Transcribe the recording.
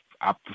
up